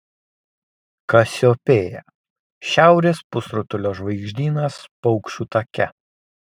kasiopėja šiaurės pusrutulio žvaigždynas paukščių take